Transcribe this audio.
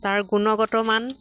তাৰ গুণগত মান